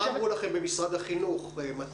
מה אמרו לכם במשרד החינוך לגבי השאלה